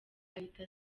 ahita